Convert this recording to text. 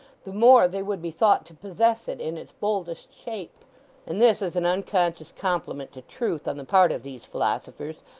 the more they would be thought to possess it in its boldest shape and this is an unconscious compliment to truth on the part of these philosophers,